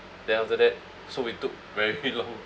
then after that so we took very long